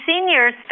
seniors